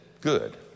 good